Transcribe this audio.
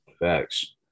Facts